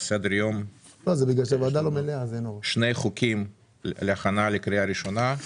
שעל סדר היום יש לנו שני חוקים להכנה לקריאה ראשונה: